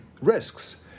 risks